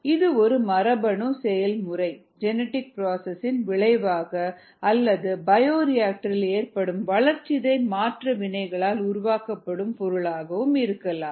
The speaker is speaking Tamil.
இது ஒரு மரபணு செயல்முறையின் விளைவாக அல்லது பயோரியாக்டரில் ஏற்படும் வளர்சிதை மாற்ற வினைகளால் உருவாக்கப்படும் பொருளாக இருக்கலாம்